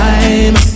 Time